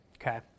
Okay